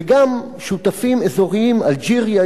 וגם שותפים אזוריים: אלג'יריה,